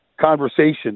conversation